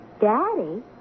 Daddy